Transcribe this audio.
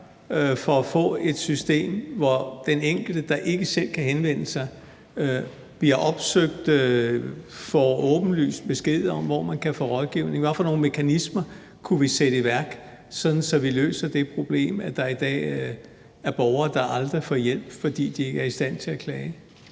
for at få et system, hvor den enkelte, der ikke selv kan henvende sig, bliver opsøgt og åbenlyst får besked om, hvor man kan få rådgivning? Hvilke mekanismer kunne vi sætte i værk, så vi løser det problem, at der i dag er borgere, der aldrig får hjælp, fordi de ikke er i stand til at klage?